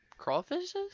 crawfishes